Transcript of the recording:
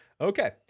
okay